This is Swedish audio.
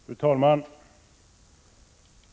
Fru talman!